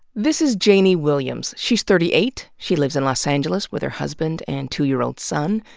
this is janey williams. she's thirty eight. she lives in los angeles with her husband and two-year-old son.